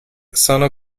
sono